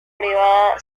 privada